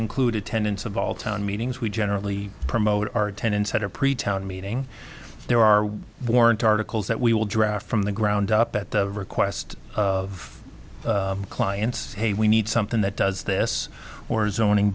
include attendance of all town meetings we generally promote our attendance at a pretty town meeting there are warrant articles that we will draft from the ground up at the request of clients hey we need something that does this or zoning